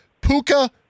Puka